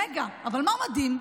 רגע, אבל מה מדהים?